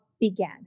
began